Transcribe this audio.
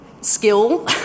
skill